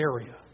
area